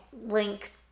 link